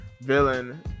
villain